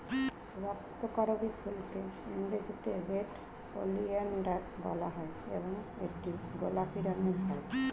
রক্তকরবী ফুলকে ইংরেজিতে red oleander বলা হয় এবং এটি গোলাপি রঙের হয়